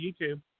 YouTube